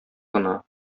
гына